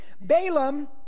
Balaam